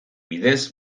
bidez